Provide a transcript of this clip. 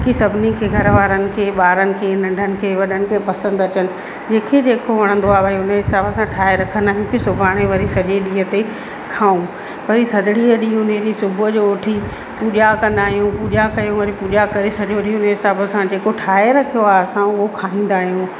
की सभनी खे ॿारनि खे घर वारनि खे नंढनि खे वॾनि खे पसंदि अचनि जंहिंखे जेको वणंदो आहे भाई उन हिसाब सां ठाहे रखंदा आहिनि की सुभाणे वरी सॼे ॾींहुं ते खाऊं वरी थदड़ीअ ॾींहुं उन्हीअ ॾींहुं सुबूह जो उथी पूॼा कंदा आहियूं पूॼा कयूं वरी सॼो ॾींहुं उन हिसाब सां जेको ठाहे रखियो आहे असां उहो खाइंदा आहियूं